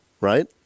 right